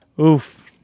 Oof